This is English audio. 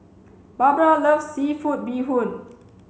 Barbara loves seafood bee hoon